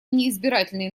неизбирательные